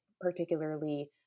particularly